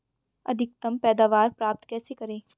अधिकतम पैदावार प्राप्त कैसे करें?